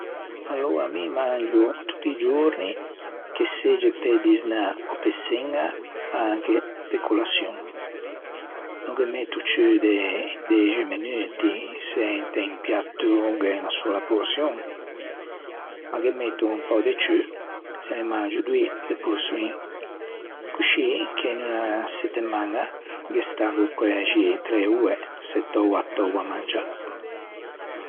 Aloa mi mangio, tutti i giorni, che segge pe disnâ ò pe çeña ma anche pe colaçion. No ghe metto ciù de dexe menuti se inte un piato gh'é unna sola porçion ma ghe metto un pö ciù se ne mangio doî de porçioin, coscì che in unna settemaña ghe staggo quæxi træ oe settou à töa à mangiâ.